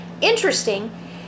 interesting